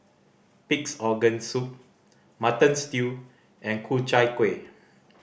Pig's Organ Soup Mutton Stew and Ku Chai Kuih